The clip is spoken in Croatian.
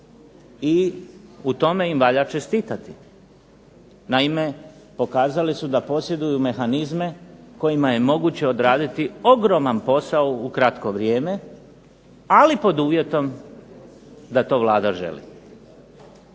i u tome im valja čestitati. Naime pokazali su da posjeduju mehanizme kojima je moguće odraditi ogroman posao u kratko vrijeme, ali pod uvjetom da to Vlada želi.